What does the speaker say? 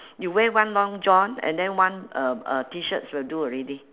you wear one long john and then one uh uh T-shirts will do already